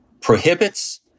prohibits